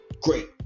Great